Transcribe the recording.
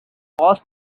cost